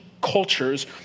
cultures